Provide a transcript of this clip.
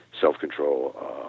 Self-control